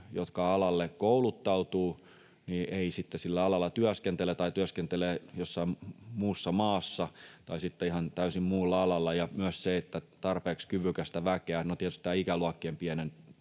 jotka alalle kouluttautuvat, eivät sitten sillä alalla työskentele tai työskentelevät jossain muussa maassa tai sitten ihan täysin muulla alalla. Ja on myös se, että onko tarpeeksi kyvykästä väkeä. Tietysti tämä ikäluokkien